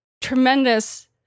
tremendous